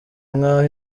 nk’aho